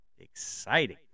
exciting